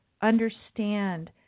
understand